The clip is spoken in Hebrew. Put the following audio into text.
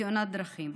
לתאונת דרכים.